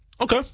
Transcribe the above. Okay